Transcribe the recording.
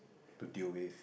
to deal with